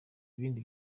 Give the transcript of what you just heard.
ibindi